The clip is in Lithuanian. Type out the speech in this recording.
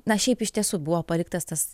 na šiaip iš tiesų buvo paliktas tas